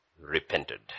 Repented